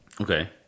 Okay